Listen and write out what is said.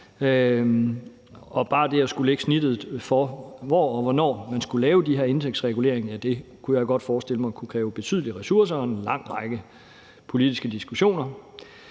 Bare det at skulle lægge snittet for, hvor og hvornår man skulle lave den her indtægtsregulering, kunne jeg godt forestille mig kunne kræve betydelige ressourcer og en lang række politiske diskussioner.